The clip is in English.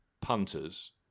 punters